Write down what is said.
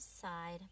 side